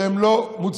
שהם לא מוצדקים.